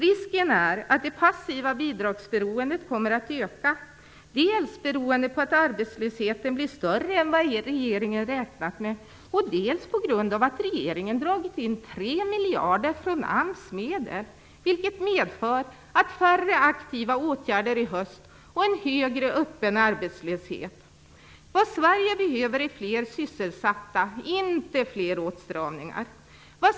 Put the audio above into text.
Risken är att det passiva bidragsberoendet kommer att öka, dels beroende på att arbetslösheten blir större än vad regeringen räknat med, dels på grund av att regeringen dragit in 3 miljarder av AMS medel, vilket medför färre aktiva åtgärder i höst och en högre öppen arbetslöshet. Vad Sverige behöver är fler sysselsatta, inte fler åtstramningar.